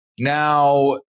Now